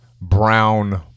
brown